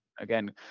again